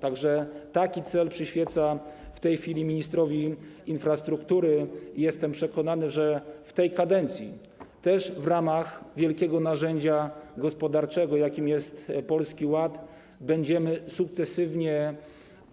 Tak że taki cel przyświeca w tej chwili ministrowi infrastruktury i jestem przekonany, że w tej kadencji też w ramach wielkiego narzędzia gospodarczego, jakim jest Polski Ład, będziemy sukcesywnie